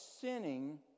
sinning